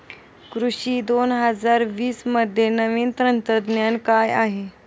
कृषी दोन हजार वीसमध्ये नवीन तंत्रज्ञान काय आहे?